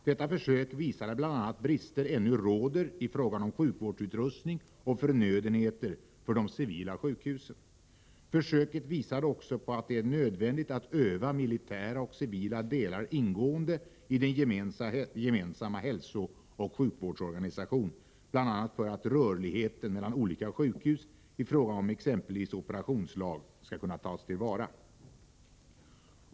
Detta försök visade bl.a. att brister ännu råder i fråga om sjukvårdsutrustning och förnödenheter för de civila sjukhusen. Försöket visade också på att det är nödvändigt att öva militära och civila delar ingående i den gemensamma hälsooch sjukvårdsorganisationen, bl.a. för att rörligheten mellan olika sjukhus i fråga om exempelvis operationslag skall kunna tas till vara.